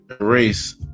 erase